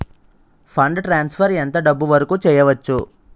Fund transfer ఎంత డబ్బు వరుకు చేయవచ్చు?